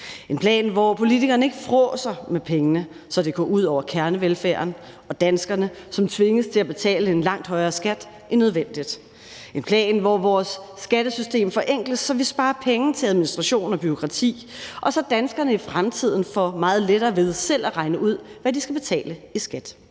en plan, hvor politikerne ikke frådser med pengene, så det går ud over kernevelfærden og danskerne, som tvinges til at betale en langt højere skat end nødvendigt. Det er en plan, hvor vores skattesystem forenkles, så vi sparer penge til administration og bureaukrati, og så danskerne i fremtiden får meget lettere ved selv at regne ud, hvad de skal betale i skat.